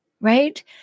right